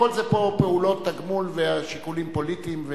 הכול פה זה פעולות תגמול ושיקולים פוליטיים,